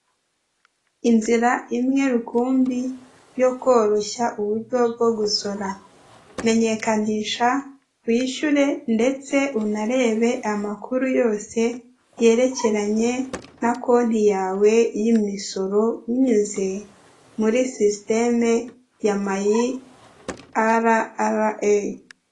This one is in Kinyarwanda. Inzira imwe rukumbi yo koroshya uburyo bwo gusora menyekanisha wishure ndetse unarebe amakuru yose yerekeranye na konti yawe y'imisoro binyuze muri sisitemu ya mayi ara ara eyi.